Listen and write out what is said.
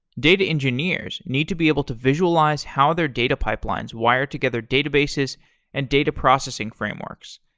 data engineers need to be able to visualize how their data pipelines wire together databases and data processing frameworks.